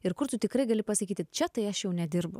ir kur tu tikrai gali pasakyti čia tai aš jau nedirbu